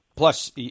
Plus